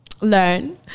learn